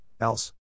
else